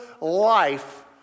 life